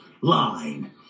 line